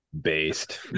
based